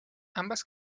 ambas